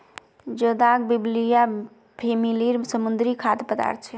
जोदाक बिब्लिया फॅमिलीर समुद्री खाद्य पदार्थ छे